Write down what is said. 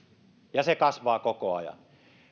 ja se kasvaa koko ajan